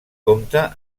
compta